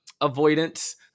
avoidance